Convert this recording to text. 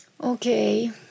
Okay